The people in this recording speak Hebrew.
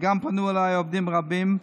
וגם פנו אליי עובדים רבים,